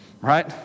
right